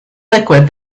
liquid